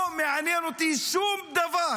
לא מעניין אותי שום דבר,